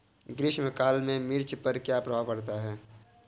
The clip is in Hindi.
ग्रीष्म काल में मिर्च पर क्या प्रभाव पड़ता है?